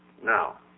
Now